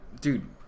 Dude